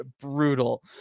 brutal